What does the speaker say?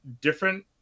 different